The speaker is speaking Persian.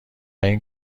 این